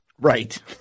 right